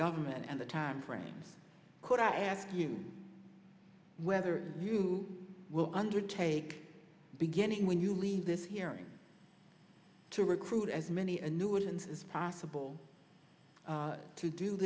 government and the timeframe could i ask you whether you will undertake beginning when you leave this hearing to recruit as many a new orleans as possible to do